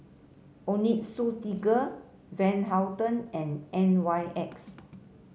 Onitsuka Tiger Van Houten and N Y X